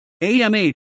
AMA